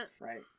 right